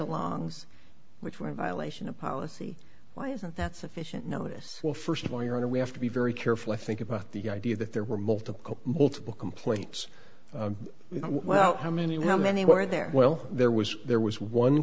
along which were a violation of policy why isn't that sufficient notice well first of all your honor we have to be very careful i think about the idea that there were multiple multiple complaints while how many were many were there well there was there was one